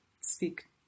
speak